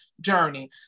journey